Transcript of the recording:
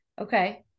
Okay